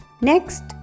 Next